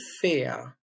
fear